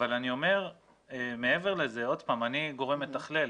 אני גורם מתכלל.